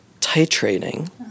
titrating